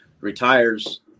retires